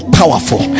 powerful